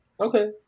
Okay